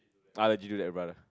I'll legit do that brother